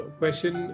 question